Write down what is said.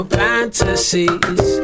fantasies